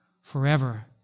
forever